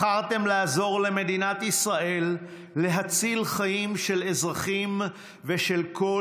בחרתם לעזור למדינת ישראל להציל חיים של אזרחים ושל כל